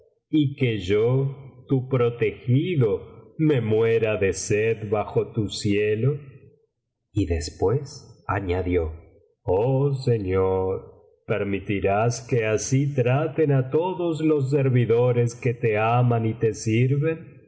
y que yo tu protegido me muera de sed bajo tu cielo y después añadió oh señor permitirás que así traten á todos los servidores que te aman y te sirven